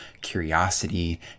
curiosity